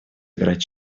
играть